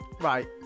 Right